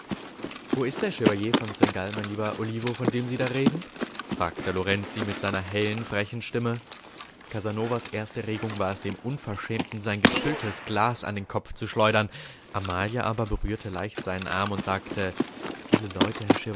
wo ist der chevalier von seingalt mein lieber olivo von dem sie da reden fragte lorenzi mit seiner hellen frechen stimme casanovas erste regung war es dem unverschämten sein gefülltes glas an den kopf zu schleudern amalia aber berührte leicht seinen arm und sagte viele leute